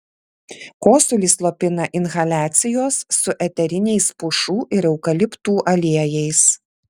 kosulį slopina inhaliacijos su eteriniais pušų ir eukaliptų aliejais